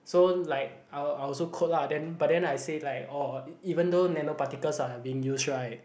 so like I'll I'll also quote lah then but then I say like oh even though nano particles are being used right